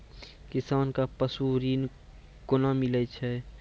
किसान कऽ पसु ऋण कोना मिलै छै?